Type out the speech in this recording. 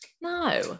No